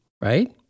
right